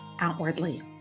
outwardly